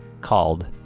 called